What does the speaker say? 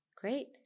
Great